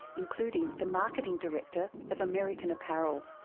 including the marketing director of american apparel.